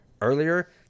earlier